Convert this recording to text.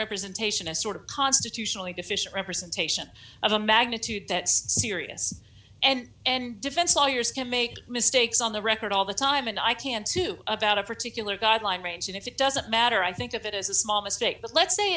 representation a sort of constitutionally deficient representation of a magnitude that serious and and defense lawyers can make mistakes on the record all the time and i can't sue about a particular guideline range and it doesn't matter i think of it as a small mistake but let's say